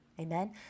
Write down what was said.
Amen